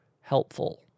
helpful